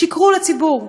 שיקרו לציבור,